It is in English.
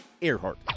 Earhart